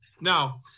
Now